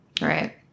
Right